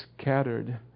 scattered